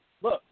Look